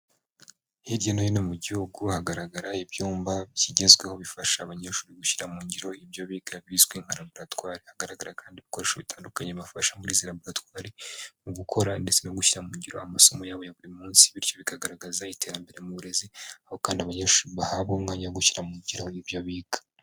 Hirya no hino mu gihugu hagaragara ibyumba bigezweho bifasha abanyeshuri gushyira mu ngiro ibyo biga bizwi nka Laboratware. Hagaragara kandi ibikoresho bitandukanye bibafasha muri za Laboratware mu gukora ndetse no gushyira mu ngiro amasomo ya bo ya buri munsi, bityo bikagaragaza iterambere mu burezi aho kandi abanyeshuri bahabwa umwanya wo gushyira mu ngiro ibyo biga.